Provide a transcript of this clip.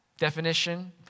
definition